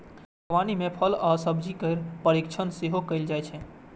बागवानी मे फल आ सब्जी केर परीरक्षण सेहो कैल जाइ छै